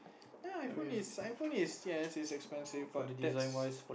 ya iphone is iphone is ya is expensive but that's